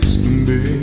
baby